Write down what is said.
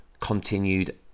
continued